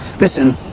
Listen